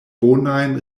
bonajn